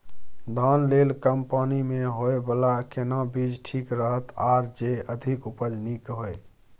धान लेल कम पानी मे होयबला केना बीज ठीक रहत आर जे अधिक उपज नीक होय?